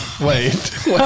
Wait